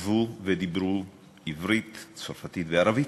כתבו ודיברו עברית, צרפתית וערבית.